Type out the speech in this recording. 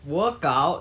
work out